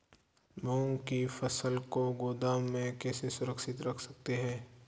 मूंग की फसल को गोदाम में कैसे सुरक्षित रख सकते हैं?